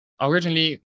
Originally